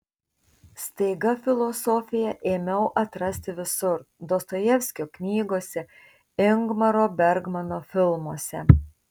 staiga filosofiją ėmiau atrasti visur dostojevskio knygose ingmaro bergmano filmuose